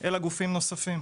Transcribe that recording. אלא גם הגופים הנוספים.